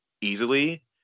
easily